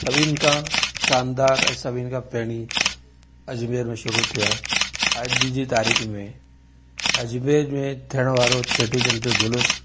सभिनी खां शानदार ऐं सभिनि खां पहिरीं अजमेर में शुरू थियो आहे अॼु जी तारीख़ में अजमेर में थिअण वारो चेटीचंड जो जुलूसु